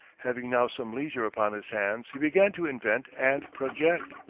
having now some leisure upon his hands he began to invent and project.